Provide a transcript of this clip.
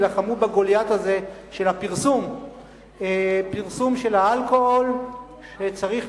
יילחמו בגוליית הזה של פרסום האלכוהול שצריך